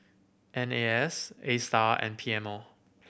N A S Astar and P M O